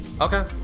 okay